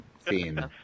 theme